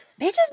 Bitches